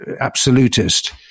absolutist